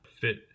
fit